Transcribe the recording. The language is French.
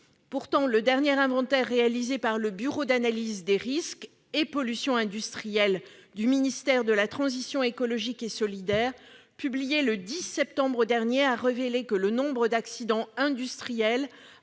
mal venue. Le dernier inventaire réalisé par le bureau d'analyse des risques et pollutions industriels (Barpi) du ministère de la transition écologique et solidaire, publié le 10 septembre dernier, a portant révélé que le nombre d'accidents industriels